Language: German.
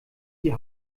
die